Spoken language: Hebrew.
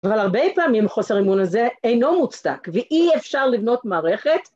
אבל הרבה פעמים חוסר אימון הזה אינו מוצדק, ואי אפשר לבנות מערכת